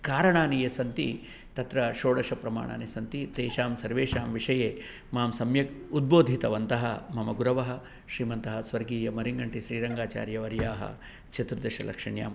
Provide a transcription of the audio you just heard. कारणानि ये सन्ति तत्र षोडशप्रमाणानि सन्ति तेषां सर्वेषां विषये मां सम्यक् उद्बोधितवन्तः मम गुरवः श्रीमन्तः स्वर्गीय मरिङ्गण्टिश्रीरङ्गाचार्यवर्याः चतुर्दशलक्षण्यां